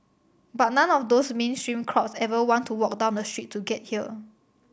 but none of those mainstream crowds ever want to walk down the street to get here